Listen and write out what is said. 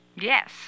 Yes